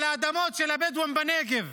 על האדמות של הבדואים בנגב,